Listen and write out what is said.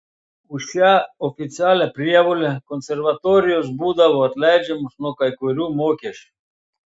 už šią oficialią prievolę konservatorijos būdavo atleidžiamos nuo kai kurių mokesčių